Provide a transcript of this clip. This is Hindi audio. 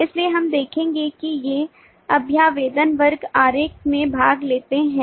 इसलिए हम देखेंगे कि ये अभ्यावेदन वर्ग आरेख में भाग लेते हैं